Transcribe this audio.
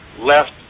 left